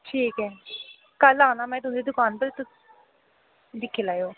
ठीक ऐ कल आना मै तुं'दी दकान पर तुस दिक्खी लैएओ